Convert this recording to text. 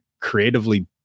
creatively